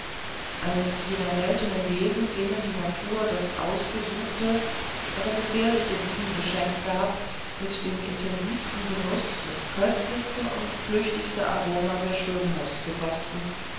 eines jener seltenen wesen denen die natur das ausgesuchte aber gefährliche wiegengeschenk gab mit dem intensivsten genuß das köstlichste und flüchtigste aroma der schönheit zu kosten